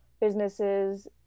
businesses